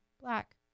black